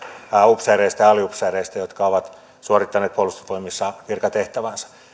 upseereista ja aliupseereista jotka ovat suorittaneet puolustusvoimissa virkatehtäväänsä